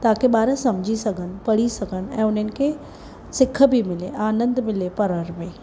ताकी ॿार सम्झी सघनि पढ़ी सघनि ऐं उन्हनि खे सिख बि मिले आनंदु मिले पढ़ण में